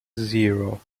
zero